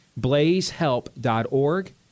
blazehelp.org